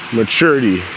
maturity